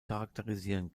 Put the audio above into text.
charakterisieren